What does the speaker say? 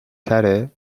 تره